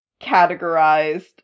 categorized